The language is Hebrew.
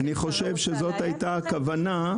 --- אני חושב שזאת הייתה הכוונה.